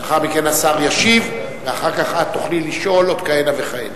לאחר מכן השר ישיב ואחר כך תוכלי לשאול עוד כהנה וכהנה.